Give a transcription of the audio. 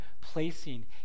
placing